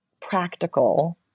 practical